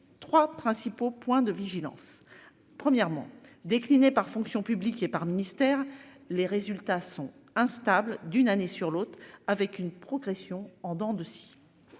3 principaux points de vigilance premièrement déclinée par fonction publique et par le ministère. Les résultats sont instables d'une année sur l'autre avec une progression en dents de scie.